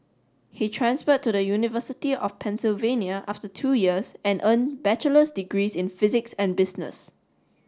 he transferred to the University of Pennsylvania after two years and earned bachelor's degrees in physics and business